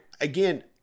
again